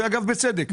אגב, בצדק.